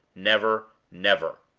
never, never!